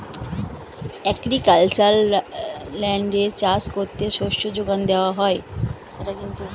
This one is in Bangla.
অ্যাগ্রিকালচারাল ল্যান্ডে চাষ করে শস্য যোগান দেওয়া হয়